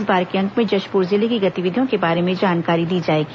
इस बार के अंक में जशपुर जिले की गतिविधियों के बारे में जानकारी दी जाएगी